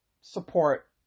support